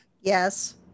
Yes